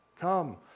come